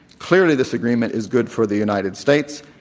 clearly, this agreement is good for the united states.